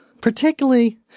Particularly